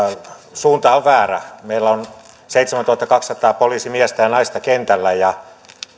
suunta on väärä meillä on seitsemäntuhattakaksisataa poliisimiestä ja naista kentällä ja